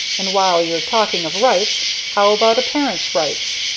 and while you're talking of rights how about a parent's rights?